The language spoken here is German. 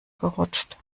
gerutscht